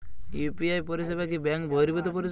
UPI পরিসেবা কি bank বর্হিভুত পরিসেবা?